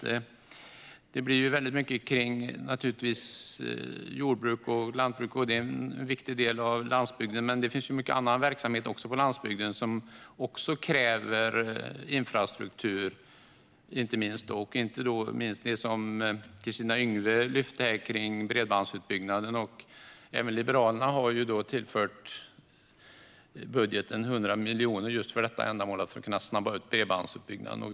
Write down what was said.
Det blir naturligtvis väldigt mycket kring jordbruk och lantbruk, vilket är en viktig del av landsbygden, men det finns mycket annan verksamhet på landsbygden som även den kräver infrastruktur, inte minst bredbandsutbyggnad som Kristina Yngwe lyfte fram. Även Liberalerna har tillfört 100 miljoner i budgeten just för att kunna snabba upp bredbandsutbyggnaden.